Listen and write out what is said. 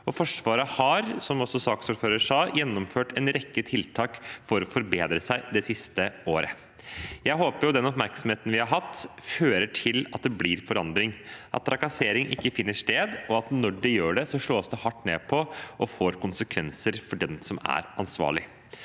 Forsvaret har, som saksordføreren også sa, gjennomført en rekke tiltak for å forbedre seg det siste året. Jeg håper den oppmerksomheten vi har hatt, fører til at det blir forandring – at trakassering ikke finner sted, og at når det gjør det, slås det hardt ned på og får konsekvenser for den som er ansvarlig.